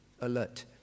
alert